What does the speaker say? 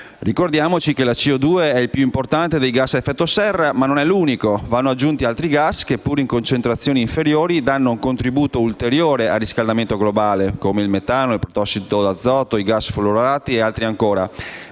Ricordo che la CO2 è il più importante dei gas ad effetto serra, ma non è l'unico. Vanno aggiunti altri gas che, pur in concentrazioni inferiori, danno un contributo ulteriore al riscaldamento globale (come il metano, il protossido d'azoto, i gas fluorurati, e altri ancora),